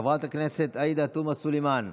חברת הכנסת עאידה תומא סלימאן,